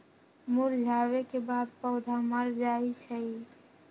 मुरझावे के बाद पौधा मर जाई छई